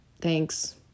Thanks